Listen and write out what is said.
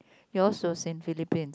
yours was in Philippines